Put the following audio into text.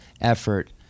effort